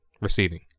receiving